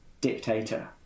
dictator